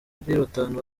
batanu